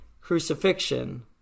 crucifixion